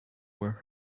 were